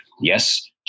Yes